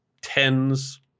tens